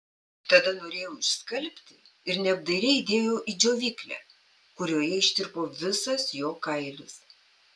tada norėjau išskalbti ir neapdairiai įdėjau į džiovyklę kurioje ištirpo visas jo kailis